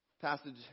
passage